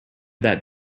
that